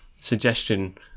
suggestion